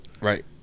Right